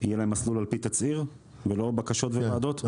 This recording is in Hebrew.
יהיה להם מסלול על פי תצהיר ולא בקשות וועדות?